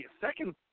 second